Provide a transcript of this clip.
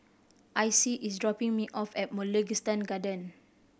Icey is dropping me off at Mugliston Garden